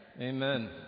amen